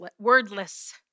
wordless